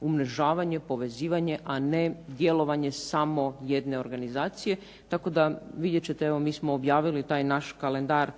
umrežavanje, povezivanje, a ne djelovanje samo jedne organizacije. Tako da vidjet ćete, mi smo objavili taj naš kalendar